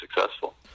successful